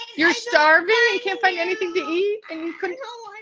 you're starving. i can't find anything to eat. and you couldn't. oh,